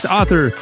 author